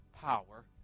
power